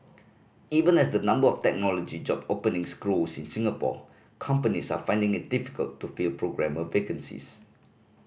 even as the number of technology job openings grows in Singapore companies are finding it difficult to fill programmer vacancies